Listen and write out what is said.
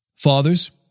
Fathers